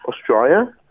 Australia